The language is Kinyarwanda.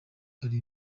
ari